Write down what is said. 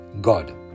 God